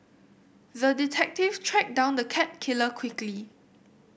the detective tracked down the cat killer quickly